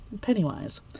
Pennywise